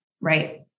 right